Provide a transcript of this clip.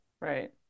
Right